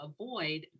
avoid